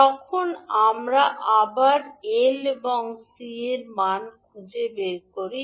তখন আমরা আবার L এবং C এর মান খুঁজে বের করি